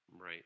Right